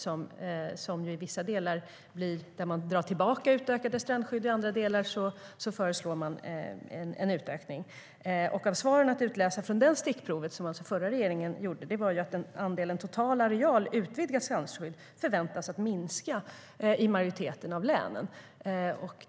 I vissa delar drar man ju tillbaka utökade strandskydd, och i andra delar föreslår man en utökning. Att utläsa av svaren från de stickprov som den förra regeringen gjorde förväntas andelen total areal utvidgat strandskydd minska i majoriteten av länen.